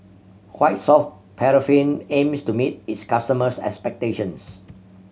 White Soft Paraffin aims to meet its customers' expectations